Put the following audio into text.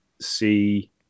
see